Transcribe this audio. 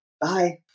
bye